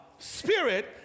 Spirit